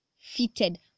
fitted